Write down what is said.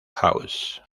house